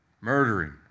murdering